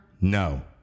No